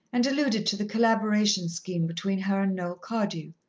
and alluded to the collaboration scheme between her and noel cardew.